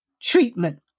treatment